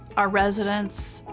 our residents,